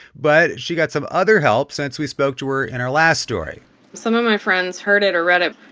but she got some other help since we spoke to her in our last story some of my friends heard it or read it,